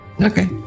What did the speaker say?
Okay